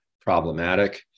problematic